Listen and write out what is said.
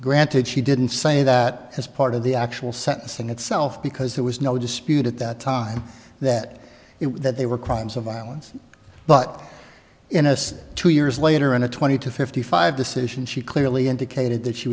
granted she didn't say that as part of the actual sentencing itself because there was no dispute at that time that it was that they were crimes of violence but innocent two years later in a twenty to fifty five decision she clearly indicated that she